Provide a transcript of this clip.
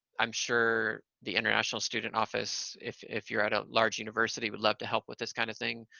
i'm sure the international student office. if if you're at a large university would love to help with this kind of thing.